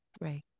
Right